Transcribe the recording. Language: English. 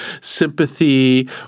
sympathy